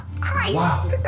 Wow